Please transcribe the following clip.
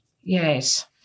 Yes